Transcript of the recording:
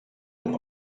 com